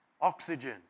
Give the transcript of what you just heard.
oxygen